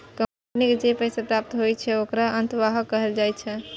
company के जे पैसा प्राप्त होइ छै, ओखरा अंतर्वाह कहल जाइ छै